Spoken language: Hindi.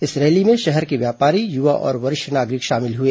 इस रैली में शहर के व्यापारी युवा और वरिष्ठ नागरिक शामिल हुए